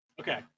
Okay